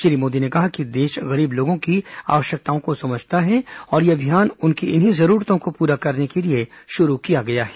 श्री मोदी ने कहा कि देश गरीब लोगों की आवश्यकताओं को समझता है और यह अभियान उनकी इन्हीं जरूरतों को पूरा करने के लिए शुरू किया गया है